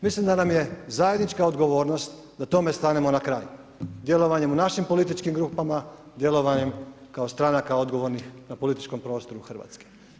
Mislim da nam je zajednička odgovornost da tome stanemo na kraj, djelovanjem u našim političkim grupama, djelovanjem kao stranaka odgovornih na političkom prostoru Hrvatske.